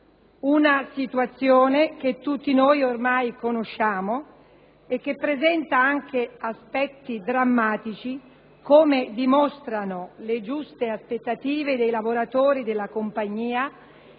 Una situazione che tutti noi ormai conosciamo e che presenta anche aspetti drammatici, come dimostrano le giuste aspettative dei lavoratori della compagnia